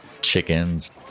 chickens